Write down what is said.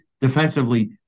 defensively